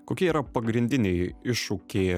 kokie yra pagrindiniai iššūkiai